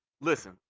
listen